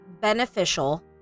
beneficial